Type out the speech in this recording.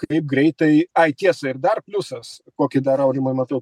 kaip greitai ai tiesa ir dar pliusas kokį dar aurimai matau